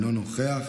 אינו נוכח,